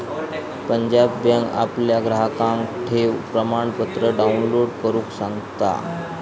Punjab bank आपल्या ग्राहकांका ठेव प्रमाणपत्र डाउनलोड करुक सांगता